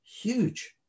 huge